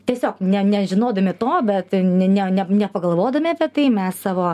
tiesiog ne nežinodami to bet ne ne nepagalvodami apie tai mes savo